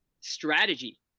strategy